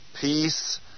peace